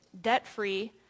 debt-free